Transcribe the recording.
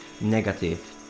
negative